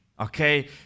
okay